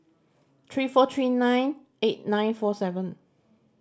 three four three nine eight nine four seven